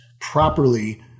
properly